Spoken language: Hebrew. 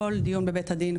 כל דיון בבית הדין,